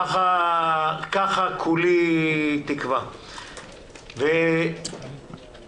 כולי תקווה שזה מה שיקרה.